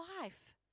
life